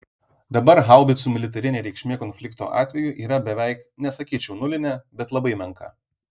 dabar haubicų militarinė reikšmė konflikto atveju yra beveik nesakyčiau nulinė bet labai menka